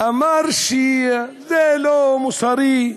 אמר שזה לא מוסרי,